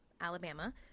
Alabama